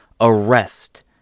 arrest